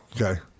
Okay